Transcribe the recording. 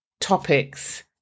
topics